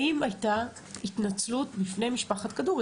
האם הייתה התנצלות בפני משפחת כדורי?